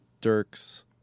Dirks